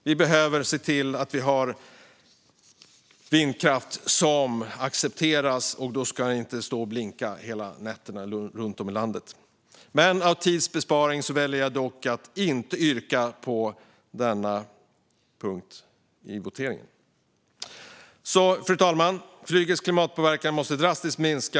Vi måste ha vindkraft som accepteras. Då ska de inte stå och blinka nätterna igenom runt om i hela landet. För att spara tid vid voteringen väljer jag dock att inte yrka bifall till denna reservation. Fru talman! Flygets klimatpåverkan måste drastiskt minska.